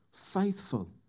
faithful